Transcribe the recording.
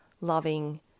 loving